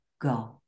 go